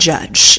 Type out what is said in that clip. Judge